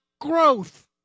growth